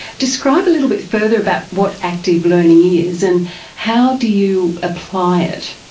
describe a little bit further about what active learning is and how do you apply it?